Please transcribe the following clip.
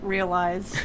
Realize